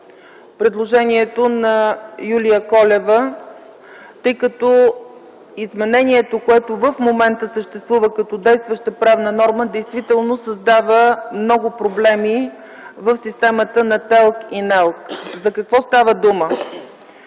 предложението на Юлиана Колева, тъй като изменението, което в момента съществува като действаща правна норма, действително създава много проблеми в системата на ТЕЛК и НЕЛК. За какво става дума?